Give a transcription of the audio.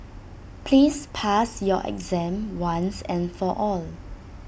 please pass your exam once and for all